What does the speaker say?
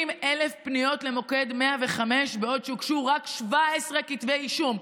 היו 30,000 פניות למוקד 105 בעוד שהוגשו רק 17 כתבי אישום.